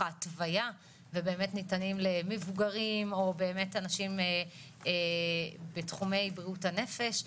ההתוויה ובאמת ניתנים למבוגרים או באמת אנשים בתחומי בריאות הנפש,